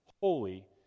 holy